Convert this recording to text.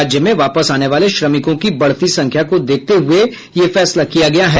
राज्य में वापस आने वाले श्रमिकों की बढ़ती संख्या को देखते हुए यह फैसला किया गया है